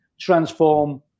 transform